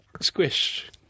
squish